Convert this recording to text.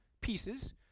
pieces